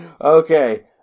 Okay